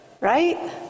right